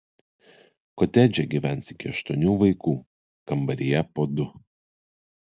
kotedže gyvens iki aštuonių vaikų kambaryje po du